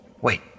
Wait